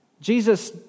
Jesus